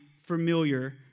Familiar